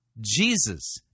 Jesus